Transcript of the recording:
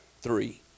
three